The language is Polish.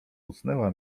usnęła